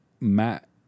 Matt